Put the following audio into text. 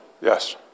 Yes